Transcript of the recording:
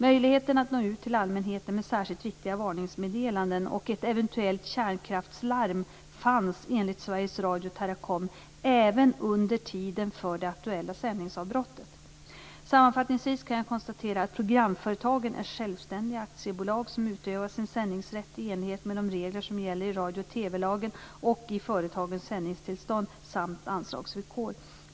Möjligheten att nå ut till allmänheten med särskilt viktiga varningsmeddelanden och ett eventuellt kärnkraftslarm fanns, enligt Sveriges Radio och Teracom, även under tiden för det aktuella sändningsavbrottet. Sammanfattningsvis kan jag konstatera att programföretagen är självständiga aktiebolag som utövar sin sändningsrätt i enlighet med de regler som gäller i radio och TV-lagen och i företagens sändningstillstånd samt anslagsvillkor.